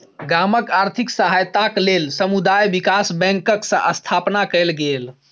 गामक आर्थिक सहायताक लेल समुदाय विकास बैंकक स्थापना कयल गेल